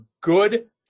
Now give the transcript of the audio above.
good